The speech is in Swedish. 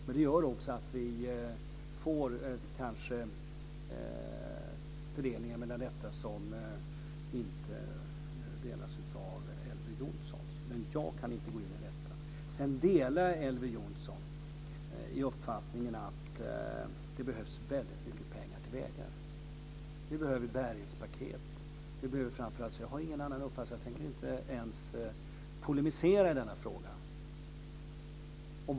Men det gör också att vi kanske får en fördelning som Elver Jonsson inte har samma uppfattning om. Men jag kan inte gå in i detta. Sedan delar jag Elver Jonssons uppfattning att det behövs väldigt mycket pengar till vägar. Vi behöver bärighetspaket. Jag har ingen annan uppfattning, och jag tänker inte ens polemisera i denna fråga.